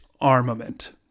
Armament